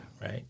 Right